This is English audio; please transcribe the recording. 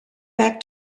back